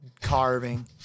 carving